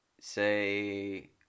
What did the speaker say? say